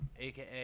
aka